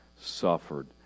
suffered